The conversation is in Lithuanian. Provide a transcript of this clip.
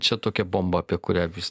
čia tokia bomba apie kurią vis